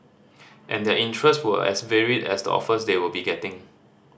and their interest were as varied as the offers they will be getting